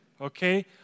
okay